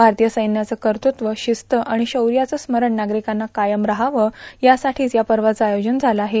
भारतीय सैव्याचं कर्तृत्व शिस्त आणि शौर्याचं स्मरण नागरिकांना कायम रहावं यासाठीच या पर्वाचं आयोजन झालं आहे